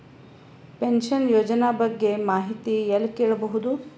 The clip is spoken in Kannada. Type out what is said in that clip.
ಪಿನಶನ ಯೋಜನ ಬಗ್ಗೆ ಮಾಹಿತಿ ಎಲ್ಲ ಕೇಳಬಹುದು?